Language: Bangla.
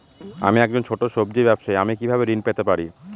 আমি একজন ছোট সব্জি ব্যবসায়ী আমি কিভাবে ঋণ পেতে পারি?